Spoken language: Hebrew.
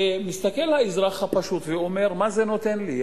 ומסתכל האזרח הפשוט ואומר: מה זה נותן לי,